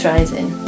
Rising